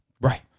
Right